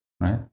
right